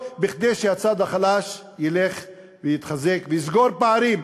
כדי שהצד החלש ילך ויתחזק ויסגור פערים,